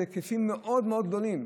אלה היקפים מאוד מאוד גדולים.